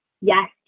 yes